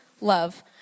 love